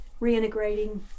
reintegrating